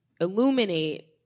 illuminate